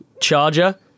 Charger